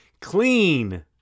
Clean